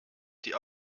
die